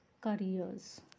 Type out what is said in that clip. careers